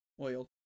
Oil